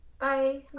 bye